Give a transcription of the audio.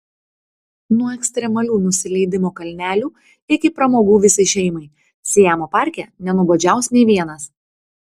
nuo ekstremalių nusileidimo kalnelių iki pramogų visai šeimai siamo parke nenuobodžiaus nė vienas